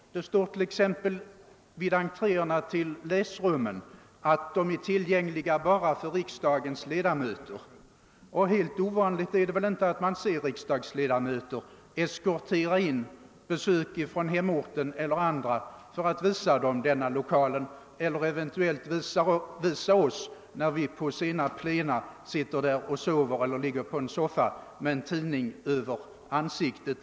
Det står t.ex. vid ingångarna till läsrummen att de är tillgängliga bara för riksdagens ledamöter. Men helt ovanligt är det väl inte att man ser riksdagsledamöter eskortera in besökare från hemorten eller andra för att visa dem dessa lokaler — eller eventuellt visa oss ledamöter, när vi under sena plena sitter där och sover eller ligger på en soffa med en tidning över ansiktet.